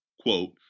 quote